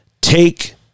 Take